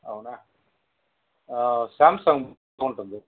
అవునా సామ్సంగ్ బాగుంటుంది